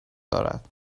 دارد